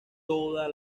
toda